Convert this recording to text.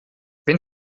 wenn